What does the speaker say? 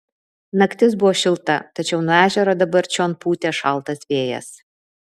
naktis buvo šilta tačiau nuo ežero dabar čion pūtė šaltas vėjas